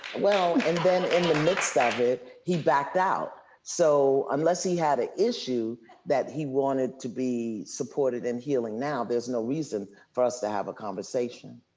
well, and then in the midst of it, he backed out. so unless he had an issue that he wanted to be supported in healing now, there's no reason for us to have a conversation.